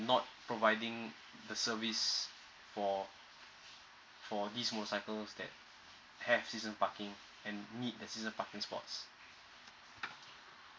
not providing the service for for this motorcycles that have season parking and need the season parking spots